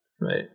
Right